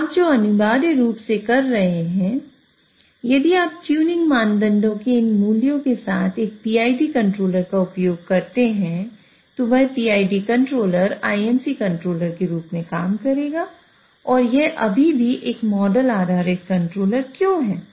तो आप जो अनिवार्य रूप से कर रहे हैं यदि आप ट्यूनिंग मापदंडों के इन मूल्यों के साथ एक PID कंट्रोलर का उपयोग करते हैं तो वह PID कंट्रोलर IMC कंट्रोलर के रूप में काम करेगा और यह अभी भी एक मॉडल आधारित कंट्रोलर क्यों है